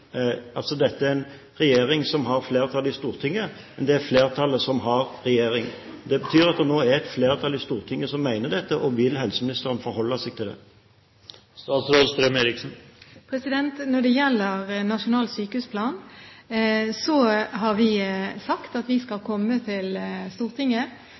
er flertallet som har regjering, og det betyr at det nå er et flertall i Stortinget som mener dette. Vil helseministeren forholde seg til det? Når det gjelder nasjonal sykehusplan, har vi sagt at vi skal komme til Stortinget